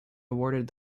awarded